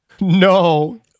no